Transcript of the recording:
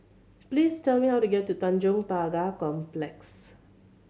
please tell me how to get to Tanjong Pagar Complex